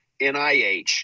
NIH